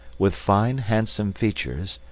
with fine, handsome features,